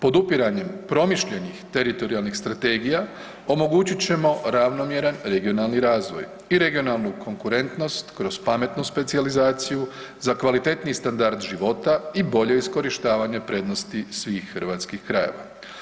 Podupiranjem promišljenih teritorijalnih strategija omogućit ćemo ravnomjeran regionalni razvoj i regionalnu konkurentnost kroz pametnu specijalizaciju za kvalitetniji standard života i bolje iskorištavanje svih hrvatskih krajeva.